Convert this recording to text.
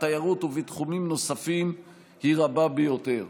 התיירות ובתחומים נוספים היא רבה ביותר.